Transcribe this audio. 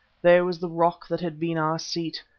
there was the rock that had been our seat,